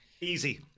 easy